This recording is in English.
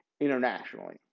internationally